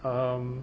um